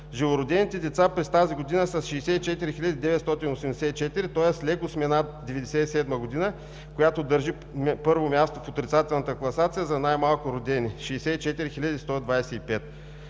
Живородените деца през тази година са 64 984, тоест леко сме над 1997 г., която държи първо място в отрицателната класация за най малко родени – 64 125